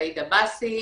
זאיד עבאסי,